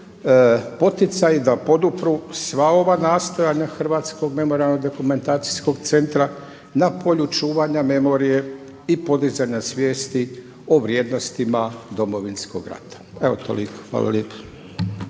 poticaj da podupru sva ova nastojanja Hrvatskog memorijalno-dokumentacijskog centra na polju čuvanja memorije i podizanja svijesti o vrijednostima Domovinskog rata. Evo toliko, hvala lijepo.